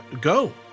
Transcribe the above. Go